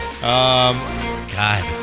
God